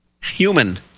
human